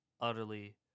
utterly